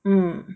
mm